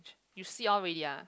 you siao already ah